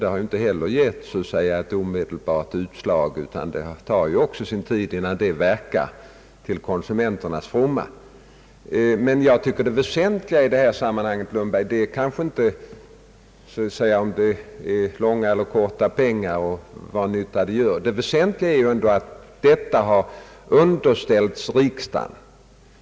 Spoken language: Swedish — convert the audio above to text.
De har inte gett något omedelbart utslag, ty det tar sin tid innan det verkar till konsumenternas fromma. Det väsentliga i detta sammanhang, herr Lundberg, är kanske inte om det är långa eller korta pengar eller vad nytta de gör. Det väsentliga är att detta har underställts riksdagen.